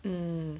mm